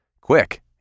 Quick